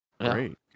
Great